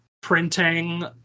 printing